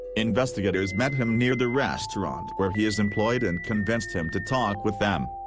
investigators met him near the restaurant where he is employed and convinced him to talk with them.